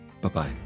Bye-bye